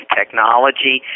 technology